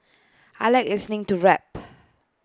I Like listening to rap